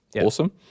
Awesome